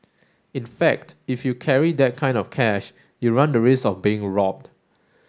in fact if you carry that kind of cash you run the risk of being robbed